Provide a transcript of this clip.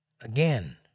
Again